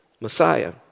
Messiah